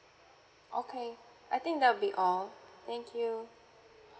okay I think that will be all thank you